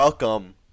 Welcome